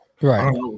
right